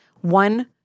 one